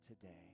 today